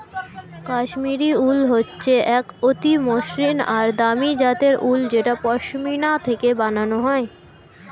কাশ্মীরি উল হচ্ছে এক অতি মসৃন আর দামি জাতের উল যেটা পশমিনা থেকে বানানো হয়